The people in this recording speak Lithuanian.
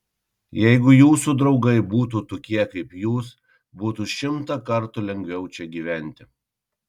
jeigu jūsų draugai būtų tokie kaip jūs būtų šimtą kartų lengviau čia gyventi